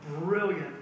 brilliant